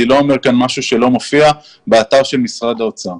אני לא אומר כאן משהו שלא מופיע באתר של משרד האוצר.